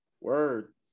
Word